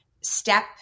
step